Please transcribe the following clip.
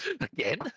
Again